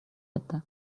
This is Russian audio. это